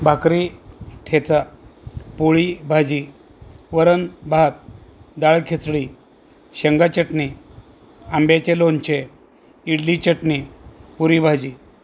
भाकरी ठेचा पोळीभाजी वरणभात डाळ खिचडी शेंगाचटणी आंब्याचे लोणचे इडली चटणी पुरीभाजी